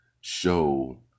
show